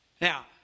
Now